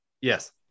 Yes